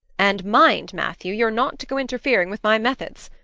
and mind, matthew, you're not to go interfering with my methods.